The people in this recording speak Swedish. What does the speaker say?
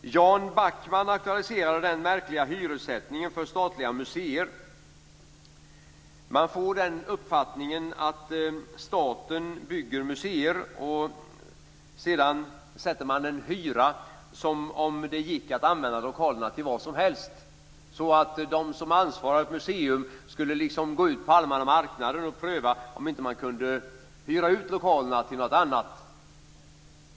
Jan Backman aktualiserade den märkliga hyressättningen för statliga museer. Man får den uppfattningen att staten bygger museer, och sedan sätter man en hyra som om det gick att använda lokalerna till vad som helst, och som om de som ansvarar för ett museum skulle gå ut på allmänna marknaden och pröva om man inte kunde hyra ut lokalerna till något annat.